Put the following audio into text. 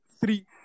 three